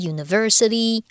University